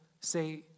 say